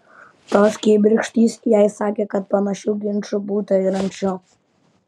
tos kibirkštys jai sakė kad panašių ginčų būta ir anksčiau